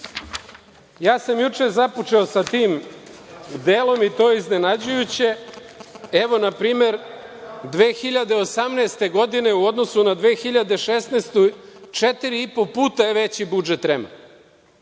Ja sam juče započeo sa tim delom, i to iznenađujuće, evo na primer, 2018. godine u odnosu na 2016. godinu četiri i po puta je veći budžet REM-a.